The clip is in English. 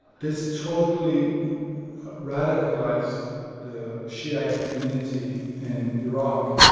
this totally radicalized the shiite community in iraq.